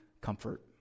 comfort